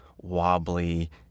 wobbly